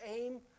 aim